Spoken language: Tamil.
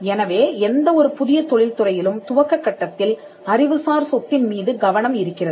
எனவே எந்த ஒரு புதிய தொழில் துறையிலும் துவக்க கட்டத்தில் அறிவுசார் சொத்தின் மீது கவனம் இருக்கிறது